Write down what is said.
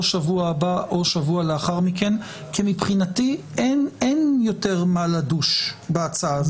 או שבוע הבא או שבוע לאחר מכן כי מבחינתי אין יותר מה לדוש בהצעה הזאת.